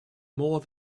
more